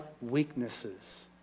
weaknesses